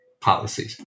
policies